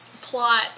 plot